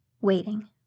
waiting